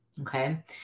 okay